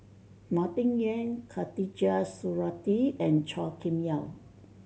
Martin Yan Khatijah Surattee and Chua Kim Yeow